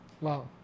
Wow